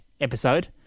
episode